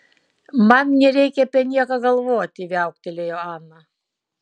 man nereikia apie nieką galvoti viauktelėjo ana